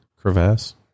Crevasse